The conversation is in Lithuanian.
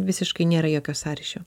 visiškai nėra jokio sąryšio